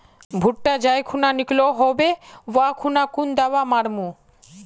भुट्टा जाई खुना निकलो होबे वा खुना कुन दावा मार्मु?